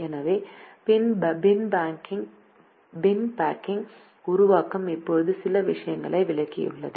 எனவே bin packing உருவாக்கம் இப்போது சில விஷயங்களை விளக்கியுள்ளது